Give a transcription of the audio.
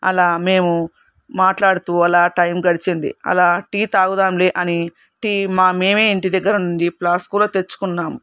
అలా మేము మాట్లాడుతూ అలా టైం గడిచింది అలా టీ తాగుదాంలే అని టీ మా మేమే ఇంటి దగ్గర నుండి ప్లాస్క్లో తెచ్చుకున్నాం